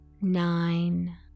nine